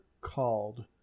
called